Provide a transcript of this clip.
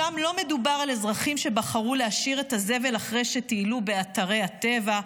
שם לא מדובר על אזרחים שבחרו להשאיר את הזבל אחרי שטיילו באתרי הטבע,